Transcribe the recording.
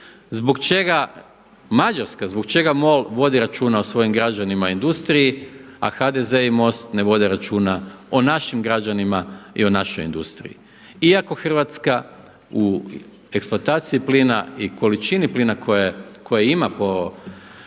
Zbog čega Mađarska, zbog čega MOL vodi računa o svojim građanima i industriji, a HDZ i MOST ne vode računa o našim građanima i o našoj industriji? Iako Hrvatska u eksploataciji plina i količini plina koje ima po svojim